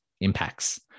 impacts